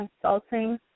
consulting